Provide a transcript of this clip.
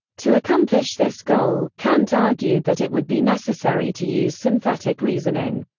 to accomplish this goal, kant argued that it would be necessary to use synthetic reasoning.